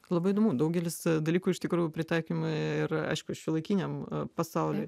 labai įdomu daugelis dalykų iš tikrųjų pritaikomi ir aišku šiuolaikiniam pasauliui